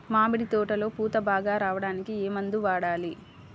మామిడి తోటలో పూత బాగా రావడానికి ఏ మందు వాడాలి?